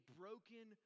broken